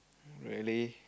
really